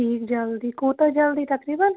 ٹھیٖک جلدی کوٗتاہ جلدی تقریٖباً